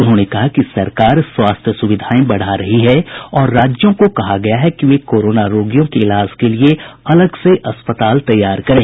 उन्होंने कहा कि सरकार स्वास्थ्य सुविधाएं बढ़ा रही है और राज्यों से कहा गया है कि वे कोरोना रोगियों के इलाज के लिए अलग से अस्पताल तैयार करें